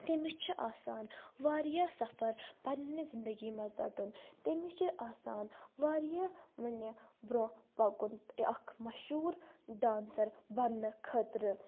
تٔمِس چھِ آسان واریاہ سَفر پنٛنہِ زِندٕگی منٛز ژَٹُن تٔمِس چھِ آسان واریاہ وٕنہِ بروںٛہہ پَکُن تہِ اَکھ مشہوٗر ڈانسَر بَننہٕ خٲطرٕ